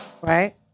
right